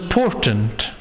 important